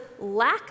lack